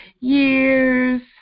years